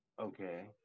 Okay